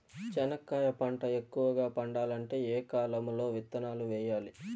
చెనక్కాయ పంట ఎక్కువగా పండాలంటే ఏ కాలము లో విత్తనాలు వేయాలి?